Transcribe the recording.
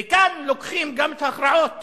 וכאן לוקחים גם את ההכרעות